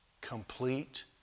complete